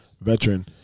veteran